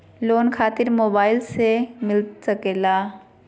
Loan खातिर mobile से मिलता सके?